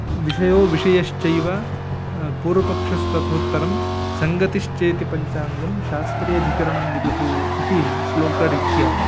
विषयो विषयश्चैव पूर्वपक्षस्ततोत्थरं सङ्गतिश्चेति पञ्चाङ्गं शास्त्रेधिकरणं विदुः इति श्लोकरीत्या